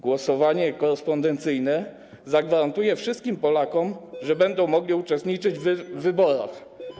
Głosowanie korespondencyjne zagwarantuje wszystkim Polakom, że będą mogli uczestniczyć w wyborach.